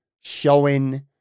showing